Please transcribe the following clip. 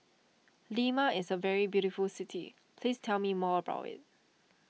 Lima is a very beautiful city please tell me more about it